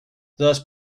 thus